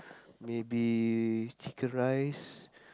maybe chicken-rice